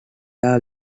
are